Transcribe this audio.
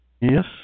Yes